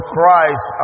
Christ